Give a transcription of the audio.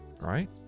right